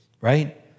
right